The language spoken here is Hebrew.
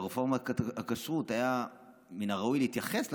ברפורמות הכשרות היה מן הראוי להתייחס לכשרות,